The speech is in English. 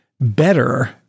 better